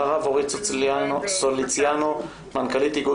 אחריו אורית סוליציאנו מנכ"לית איגוד